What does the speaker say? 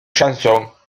chansons